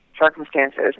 circumstances